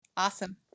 Awesome